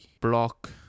block